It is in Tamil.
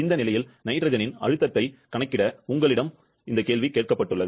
இந்த நிலையில் நைட்ரஜனின் அழுத்தத்தை கணக்கிட உங்களிடம் கேட்கப்பட்டுள்ளது